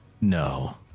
No